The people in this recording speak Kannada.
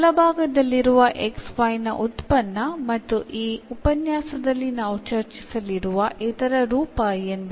ಬಲಭಾಗದಲ್ಲಿರುವ x y ನ ಉತ್ಪನ್ನ ಮತ್ತು ಈ ಉಪನ್ಯಾಸದಲ್ಲಿ ನಾವು ಚರ್ಚಿಸಲಿರುವ ಇತರ ರೂಪ ಎಂದರೆ